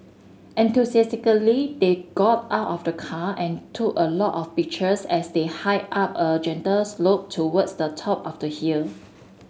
enthusiastically they got out of the car and took a lot of pictures as they hiked up a gentle slope towards the top of the hill